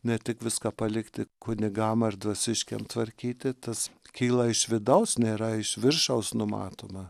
ne tik viską palikti kunigam ar dvasiškiam tvarkyti tas kyla iš vidaus nėra iš viršaus numatoma